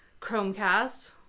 Chromecast